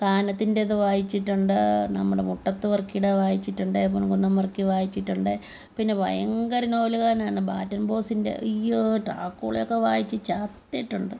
കാനത്തിൻ്റെത് വായിച്ചിട്ടുണ്ട് നമ്മുടെ മുട്ടത്ത് വർക്കിയുടെ വായിച്ചിട്ടുണ്ട് പൊൻകുന്നം വർക്കി വായിച്ചിട്ടുണ്ട് പിന്നെ ഭയങ്കര നോവൽ കാരനായിരുന്നു ബാറ്റം ബോസിൻ്റെ അയ്യോ ഡ്രാക്കുളയൊക്കെ വായിച്ച് ചത്തിട്ടുണ്ട്